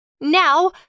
Now